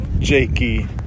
Jakey